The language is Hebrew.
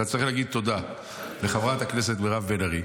אתה צריך להגיד תודה לחברת הכנסת מירב בן ארי,